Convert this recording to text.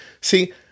See